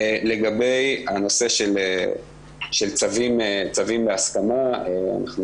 לגבי הנושא של צווים בהסכמה,